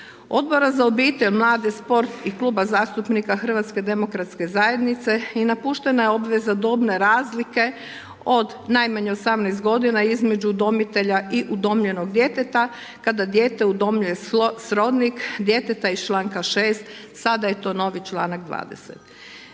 Odbora za Obitelj, mlade sport i Kluba zastupnika HDZ-a i napuštena je obveza dobne razlike od najmanje 18 godina između udomitelja i udomljenog djeteta kada dijete udomljuje srodnik djeteta iz članka 6., sada je to novi članak 20.